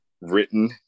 Written